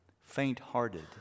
faint-hearted